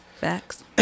Facts